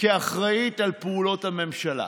כאחראית על פעולות הממשלה